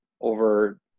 over